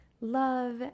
love